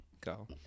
Go